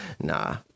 Nah